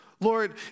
Lord